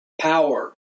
power